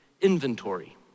inventory